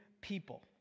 people